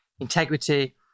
integrity